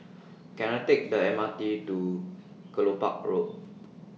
Can I Take The M R T to Kelopak Road